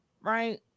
right